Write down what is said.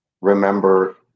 Remember